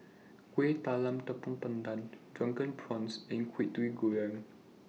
Kueh Talam Tepong Pandan Drunken Prawns and Kwetiau Goreng